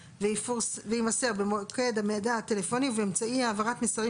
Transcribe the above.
ויימסר במוקד המידע הטלפוני ובאמצעי העברת מסרים